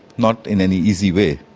not in any easy way.